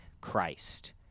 Christ